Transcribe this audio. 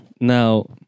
now